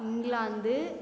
England